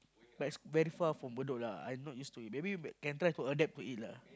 but it's very far from Bedok lah I not used to it maybe can try to adapt to it lah